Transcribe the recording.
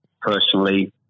personally